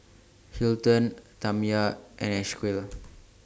Hilton Tamya and Esequiel